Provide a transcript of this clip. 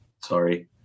Sorry